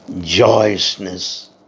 joyousness